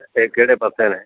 ਇਹ ਕਿਹੜੇ ਪਾਸੇ ਨੇ